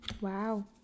Wow